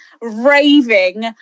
raving